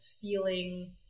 feeling